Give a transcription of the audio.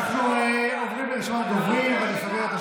אנחנו עוברים לרשימת הדוברים.